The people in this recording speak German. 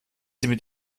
mit